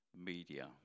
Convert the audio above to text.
media